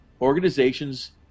organizations